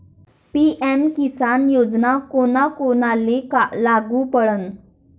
PM किसान योजना कोना कोनाले लागू पडन?